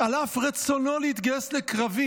על אף רצונו להתגייס לקרבי.